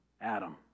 Adam